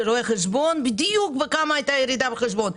רואה חשבון בכמה בדיוק היתה הירידה בחשבון.